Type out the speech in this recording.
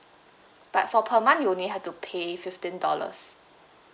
but for per month you only have to pay fifteen dollars